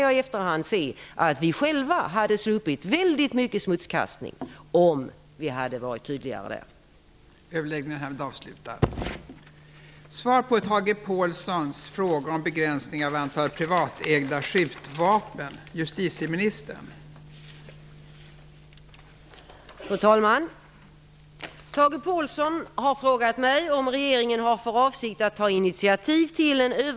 Men i efterhand kan jag se att vi själva hade sluppit väldigt mycket smutskastning om vi hade varit tydligare på den punkten.